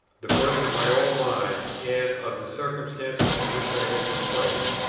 the birth of my own mind and of the circumstances in which i had been placed,